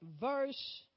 verse